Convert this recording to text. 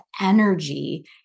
energy